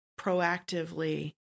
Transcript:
proactively